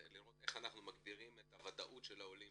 זה לראות איך אנחנו מגדירים את הוודאות של העולים